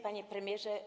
Panie Premierze!